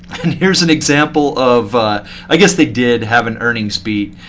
and here's an example of i guess they did have an earnings beat.